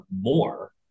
more